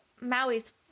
Maui's